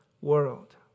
world